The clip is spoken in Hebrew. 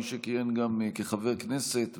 מי שכיהן גם כחבר כנסת וכשר,